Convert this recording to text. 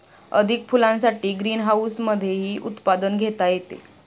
अधिक फुलांसाठी ग्रीनहाऊसमधेही उत्पादन घेता येते